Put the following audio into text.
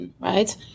right